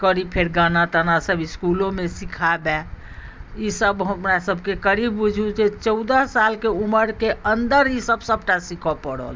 करी फेर गाना ताना सभ इस्कुलोमे सिखाबए ईसभ हमरासभके करी बुझू जे चौदह सालके उमरके अन्दर ईसभ सभटा सिखय पड़ल